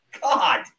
God